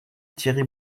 thierry